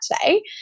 today